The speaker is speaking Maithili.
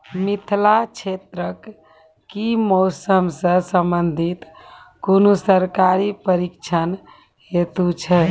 मिथिला क्षेत्रक कि मौसम से संबंधित कुनू सरकारी प्रशिक्षण हेतु छै?